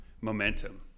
momentum